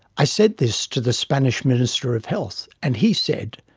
i said this to the spanish minister of health and he said,